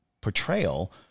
portrayal